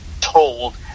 told